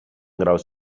graus